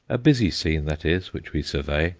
a busy scene that is which we survey,